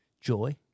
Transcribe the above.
joy